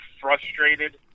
frustrated